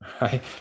right